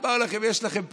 אמר לכם: יש לכם פתרון,